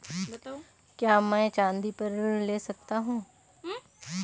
क्या मैं चाँदी पर ऋण ले सकता हूँ?